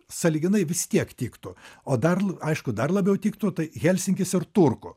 sąlyginai vis tiek tiktų o dar aišku dar labiau tiktų tai helsinkis ir turku